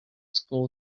school